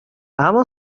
اما